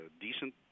decent